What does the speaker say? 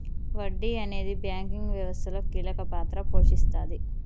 వడ్డీ అనేది బ్యాంకింగ్ వ్యవస్థలో కీలక పాత్ర పోషిస్తాది